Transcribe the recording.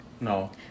no